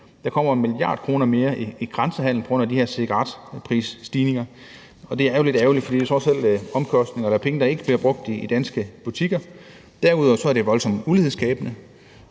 Der kommer 1 mia. kr. mere i grænsehandelen på grund af de her cigaretprisstigninger, og det er jo lidt ærgerligt, fordi det trods alt er penge, der ikke bliver brugt i danske butikker. Derudover er det voldsomt ulighedsskabende.